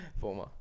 Former